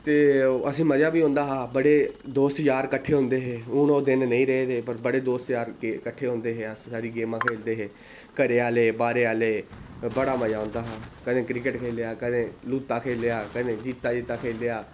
ते असें ई मज़ा बी बड़ा होंदा हा ते दोस्त यार किट्ठे होंदे हे हून ओह् नेईं रेह् दे बड़े यार दोस्त किट्ठे होंदे हे गेमां खेल्लदे हे घरै आह्ले बाहरै आह्ले ओह् बड़ा मज़ा औंदा हा कदें क्रिकेट खेल्लेआ कदें लूत्ता खेलेआ जीता जीता खेल्लेआ